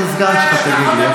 כשאהיה סגן שלך, תגיד לי.